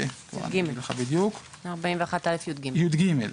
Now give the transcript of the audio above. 141א (י"ג)